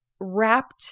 wrapped